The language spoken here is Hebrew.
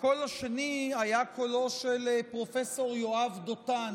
הקול השני היה קולו של פרופ' יואב דותן